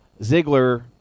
Ziggler